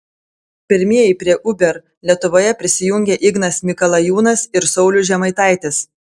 pirmieji prie uber lietuvoje prisijungė ignas mikalajūnas ir saulius žemaitaitis